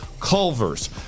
Culver's